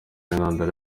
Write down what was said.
ntandaro